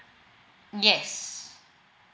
yes